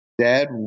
Dad